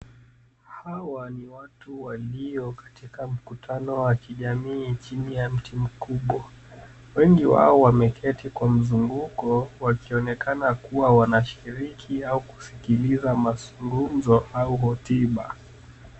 Hawa ni watu walio katika mkutano wa kijamii chini ya mti mkubwa. Wengi wao wameketi kwa mzunguko wakionekana kuwa wanashiriki au kusikiliza mazungumzo au hotuba.